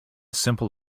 simple